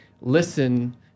listen